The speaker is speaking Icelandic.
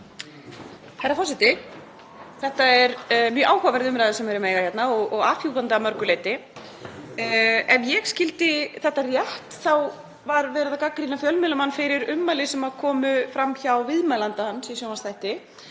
Herra forseti. Þetta er mjög áhugaverð umræða sem við eigum hérna og afhjúpandi að mörgu leyti. Ef ég skildi þetta rétt þá var verið að gagnrýna fjölmiðlamann fyrir ummæli sem komu fram hjá viðmælanda hans í sjónvarpsþætti.